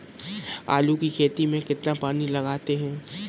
आलू की खेती में कितना पानी लगाते हैं?